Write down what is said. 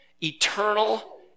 eternal